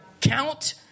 Count